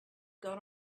got